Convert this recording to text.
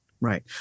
Right